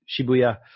Shibuya